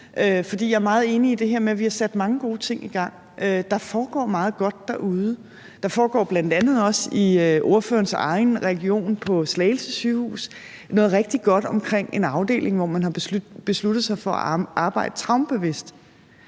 jeg er meget enig i det her med, at vi har sat mange gode ting i gang. Der foregår meget godt derude, og der foregår bl.a. også i ordførerens egen region på Slagelse Sygehus noget rigtig godt i en afdeling, hvor man har besluttet sig for at arbejde traumebevidst.